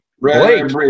Blake